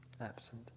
Absent